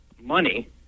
money